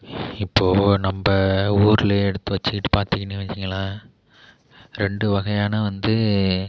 இப்போது நம்ம ஊரிலயே எடுத்து வச்சுக்கிட்டு பார்த்திங்ன்னா வையுங்களேன் ரெண்டு வகையான வந்து